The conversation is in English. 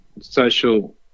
social